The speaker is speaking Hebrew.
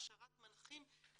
הכשרת מנחים.